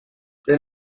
they